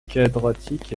quadratique